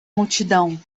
multidão